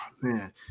man